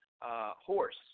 horse